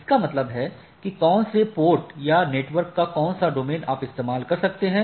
इसका मतलब है कि कौन से पोर्ट और या नेटवर्क का कौन सा डोमेन आप इस्तेमाल कर सकते हैं